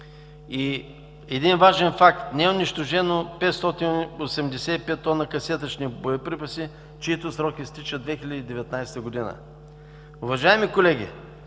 Един важен факт – не е унищожено 585 тона касетъчни боеприпаси, чийто срок изтича 2019 г. Уважаеми колеги,